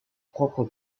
propre